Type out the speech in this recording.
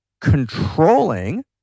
controlling